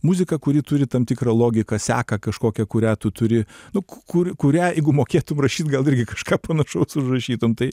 muzika kuri turi tam tikrą logiką seką kažkokią kurią tu turi nu kurį kurią jeigu mokėtum rašyt gal irgi kažką panašaus užrašytum tai